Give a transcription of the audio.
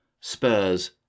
Spurs